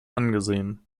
angesehen